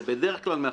זה בדרך כלל מהחברים,